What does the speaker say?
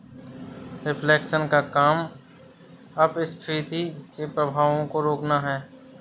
reflation का काम अपस्फीति के प्रभावों को रोकना है